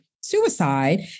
suicide